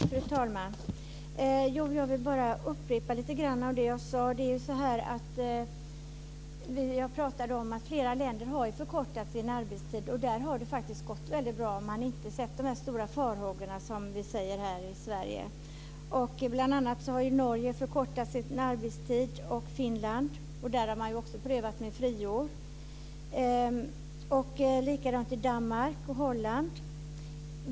Fru talman! Jag vill upprepa lite av det jag tidigare sagt. Flera länder har ju förkortat arbetstiden och där har det faktiskt gått väldigt bra. Man har inte sett de stora farhågor som vi ser här i Sverige. I Norge har man förkortat arbetstiden. Detsamma gäller Finland. Där har man också prövat med friår. På samma sätt är det med Danmark och Holland.